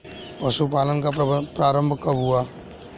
पशुपालन का प्रारंभ कब हुआ?